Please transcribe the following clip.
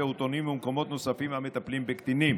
פעוטונים ומקומות נוספים המטפלים בקטינים.